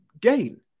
gain